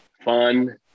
Fun